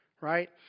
Right